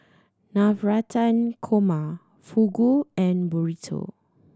Navratan Korma Fugu and Burrito